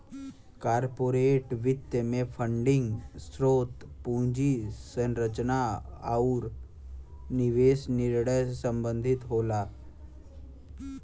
corporate वित्त में funding स्रोत, पूंजी संरचना आुर निवेश निर्णय से संबंधित होला